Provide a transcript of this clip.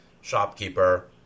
Shopkeeper